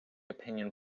opinion